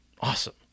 awesome